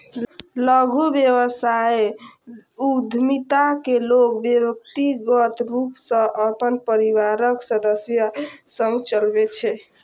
लघु व्यवसाय उद्यमिता कें लोग व्यक्तिगत रूप सं अपन परिवारक सदस्य संग चलबै छै